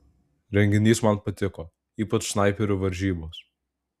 renginys man patiko ypač snaiperių varžybos